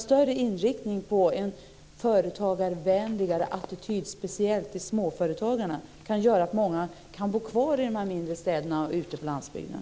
En större inriktning på en företagarvänligare attityd speciellt till småföretagarna kan göra att många kan bo kvar i de mindre städerna ute på landsbygden.